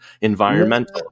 environmental